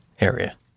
area